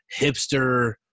hipster